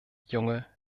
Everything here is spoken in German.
junge